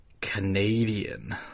Canadian